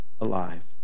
alive